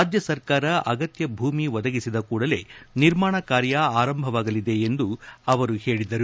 ರಾಜ್ಯ ಸರ್ಕಾರ ಅಗತ್ಯ ಭೂಮಿ ಒದಗಿಸಿದ ಕೂಡಲೇ ನಿರ್ಮಾಣ ಕಾರ್ಯ ಆರಂಭವಾಗಲಿದೆ ಎಂದು ಅವರು ಹೇಳಿದರು